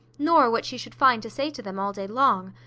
nor what she should find to say to them all day long.